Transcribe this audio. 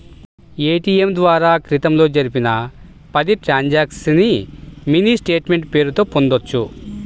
ATM ద్వారా క్రితంలో జరిపిన పది ట్రాన్సక్షన్స్ ని మినీ స్టేట్ మెంట్ పేరుతో పొందొచ్చు